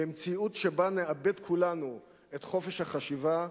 למציאות שבה נאבד כולנו את חופש החשיבה,